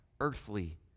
earthly